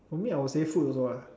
for me I would say food also ah